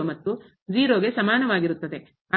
you ಮತ್ತು ಗೆ ಸಮಾನವಾಗಿರುತ್ತದೆ